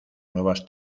nuevas